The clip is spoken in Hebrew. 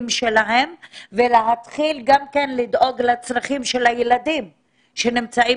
שלהן ולהתחיל לדאוג גם לצרכים של הילדים שנמצאים